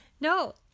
No